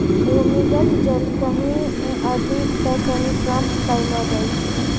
भूमीगत जल कहीं अधिक त कहीं कम पैलो जाय छै